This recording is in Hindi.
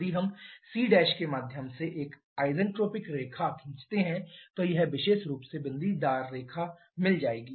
यदि हम c के माध्यम से एक ऐसेन्ट्रोपिक रेखा खींचते हैं तो यह विशेष रूप से बिंदीदार रेखा मिल जाएगी